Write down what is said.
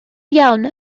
iawn